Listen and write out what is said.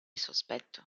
sospetto